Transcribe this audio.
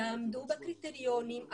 יעמדו בקריטריונים,